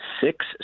six